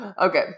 Okay